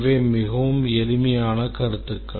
இவை மிகவும் எளிமையான கருத்துக்கள்